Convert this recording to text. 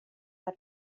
per